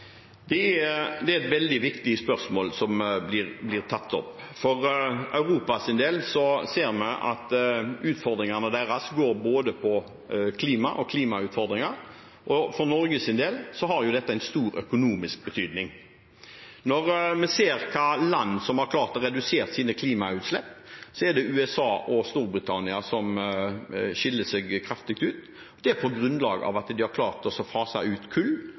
Det er et veldig viktig spørsmål som blir tatt opp. For Europas del ser vi at utfordringene deres går på klima og klimautfordringer, og for Norges del har dette en stor økonomisk betydning. Når vi ser hvilke land som har klart å redusere sine klimagassutslipp, er det USA og Storbritannia som skiller seg kraftig ut. Det er på grunn av at de har klart å fase ut kull mot gass. Hvis den energimengden fra Norge som går til Europa, skulle bli erstattet med kull